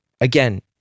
again